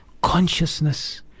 consciousness